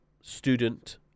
student